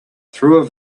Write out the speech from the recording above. through